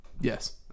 Yes